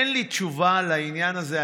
אין לי תשובה לעניין הזה.